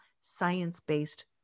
science-based